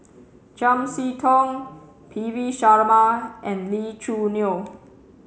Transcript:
Chiam See Tong P V Sharma and Lee Choo Neo